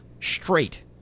straight